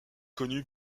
connu